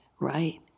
right